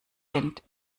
sind